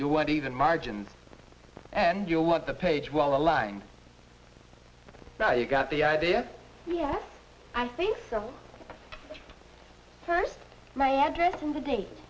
you want even margins and you want the page well aligned now you got the idea yes i think so first my address and the date